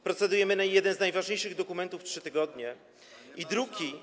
Procedujemy jeden z najważniejszych dokumentów 3 tygodnie i druki.